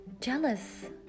jealous